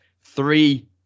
three